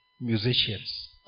musicians